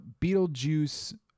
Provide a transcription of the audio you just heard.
Beetlejuice